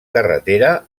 carretera